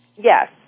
Yes